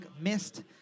missed